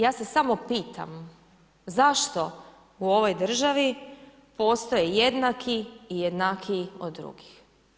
Ja se samo pitam zašto u ovoj državi postoje jednaki i jednakiji od drugih.